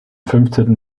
fünfzehnten